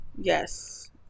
Yes